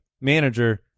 manager